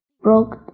broke